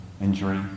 injury